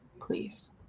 please